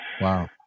Wow